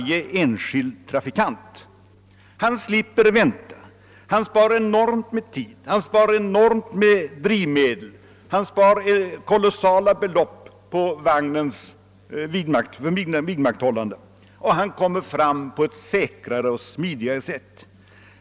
Den enskilde trafikanten slipper vänta, han sparar enormt mycket tid, drivmedel och underhållskostnader för bilen, och han kommer fram på ett säkrare och smidigare sätt.